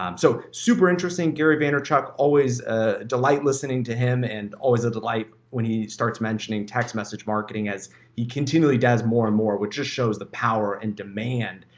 um so, super interesting, gary vaynerchuk, always a delight listening to him and always a delight when he starts mentioning text message marketing, as he continually does more and more, which just shows the power and demand,